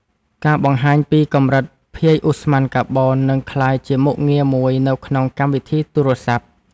ការបង្ហាញពីកម្រិតភាយឧស្ម័នកាបូន នឹងក្លាយជាមុខងារមួយនៅក្នុងកម្មវិធីទូរសព្ទ។